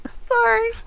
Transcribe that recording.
sorry